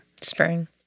Spring